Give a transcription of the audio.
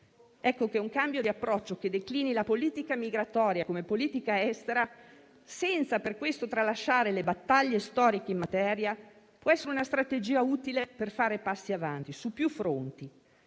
Ecco che un cambio di approccio, che declini la politica migratoria come politica estera, senza per questo tralasciare le battaglie storiche in materia, può essere una strategia utile per fare passi avanti su più fronti.